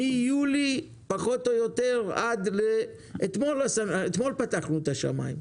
מיולי פחות או יותר, אתמול פתחנו את השמיים.